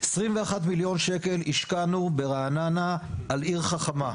21 מיליון שקל השקענו ברעננה על עיר חכמה,